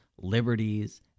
liberties